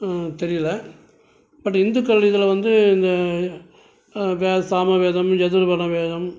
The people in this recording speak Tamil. தெரியிலை பட் இந்துக்கள் இதில் வந்து இந்த சாம வேதம் யதர்வன வேதம்